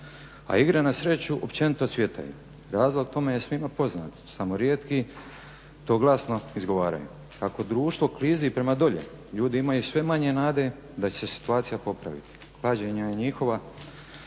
a igre na sreću općenito cvjetaju. Razlog tome je svima poznat, samo rijetki to glasno izgovaraju. Kako društvo klizi prema dolje, ljudi imaju sve manje nade da će se situacija popraviti. Klađenje je njihova